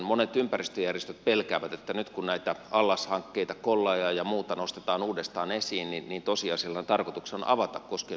monet ympäristöjärjestöt pelkäävät että nyt kun näitä allashankkeita kollajaa ja muita nostetaan uudestaan esiin niin tosiasiallisena tarkoituksena on avata koskiensuojelulainsäädäntöä